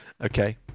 Okay